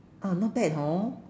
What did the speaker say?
ah not bad hor